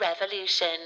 Revolution